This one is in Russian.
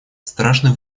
страшный